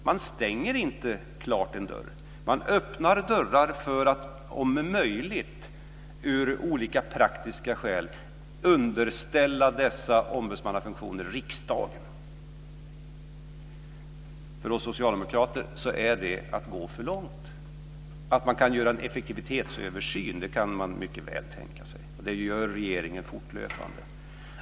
Man stänger inte klart en dörr, utan man öppnar dörrarna för att av olika praktiska skäl om möjligt underställa dessa ombudsmannafunktioner riksdagen. För oss socialdemokrater är det att gå för långt. En effektivitetsöversyn kan man mycket väl tänka sig och det gör regeringen fortlöpande.